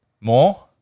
More